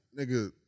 nigga